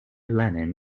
lenin